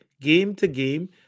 game-to-game